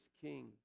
king